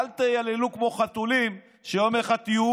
אל תייללו כמו חתולים כשיום אחד תהיו